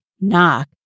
knock